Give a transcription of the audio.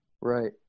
Right